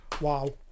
wow